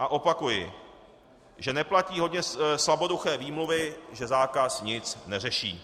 A opakuji, že neplatí hodně slaboduché výmluvy, že zákaz nic neřeší.